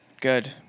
Good